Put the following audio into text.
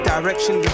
Direction